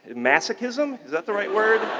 masochism. is not the right word?